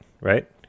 right